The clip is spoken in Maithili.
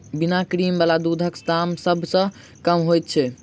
बिना क्रीम बला दूधक दाम सभ सॅ कम होइत छै